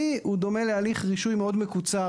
הוא דומה להליך רישוי מאוד מקוצר,